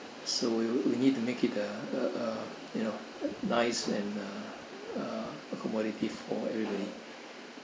so you we need to make it a a you know nice and uh accommodative for everybody